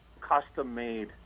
custom-made